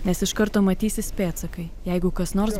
nes iš karto matysis pėdsakai jeigu kas nors